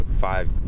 five